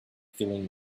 feeling